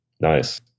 Nice